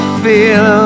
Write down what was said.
feel